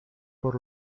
por